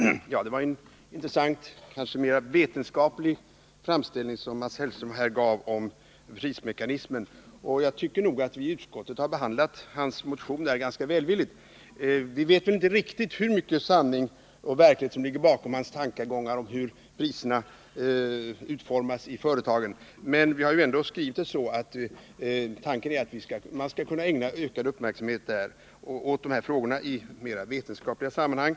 Herr talman! Det var en intressant, kanske mera vetenskaplig framställning som Mats Hellström här gav om prismekanismen. Jag tycker nog att vi i utskottet har behandlat hans motion ganska välvilligt. Vi vet inte riktigt hur mycket sanning och verklighet som ligger bakom hans tankegångar om hur priserna utformas i företagen, men vi har ändå skrivit så att tanken är att man skall ägna ökad uppmärksamhet åt de här frågorna i vetenskapliga sammanhang.